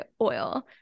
oil